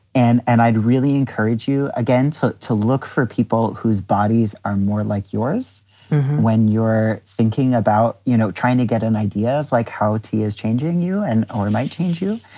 and and i'd really encourage you again to to look for people whose bodies are more like yours when you're thinking about, you know, trying to get an idea of, like, how tea is changing you and or might change you.